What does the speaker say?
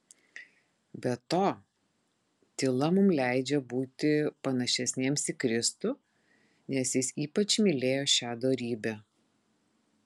be to tyla mums leidžia būti panašesniems į kristų nes jis ypač mylėjo šią dorybę